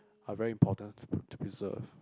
are very important to preserve